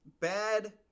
bad